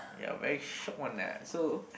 ya very shiok one ah so